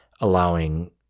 allowing